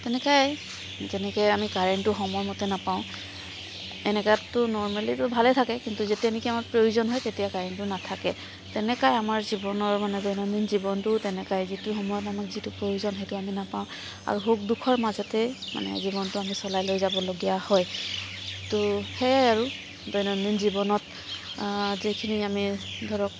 তেনেকাই যেনেকৈ আমি কাৰেণ্টটো সময়মতে নাপাওঁ এনেকাতটো নৰ্মেলিতো ভালে থাকে কিন্তু যেতিয়া নেকি আমাৰ প্ৰয়োজন হয় তেতিয়া কাৰেণ্টটো নাথাকে তেনেকাই আমাৰ জীৱনৰ মানে দৈনন্দিন জীৱনটো তেনেকাই যিটো সময়ত আমাক যিটো প্ৰয়োজন সেইটো আমি নাপাওঁ আৰু সুখ দুখৰ মাজতেই মানে জীৱনটো আমি চলাই লৈ যাবলগীয়া হয় তহ সেই আৰু দৈনন্দিন জীৱনত যিখিনি আমি ধৰক